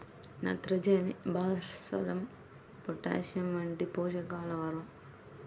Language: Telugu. నత్రజని, భాస్వరం, పొటాష్ వంటి పోషకాల నిర్వహణకు తీసుకోవలసిన జాగ్రత్తలు ఏమిటీ?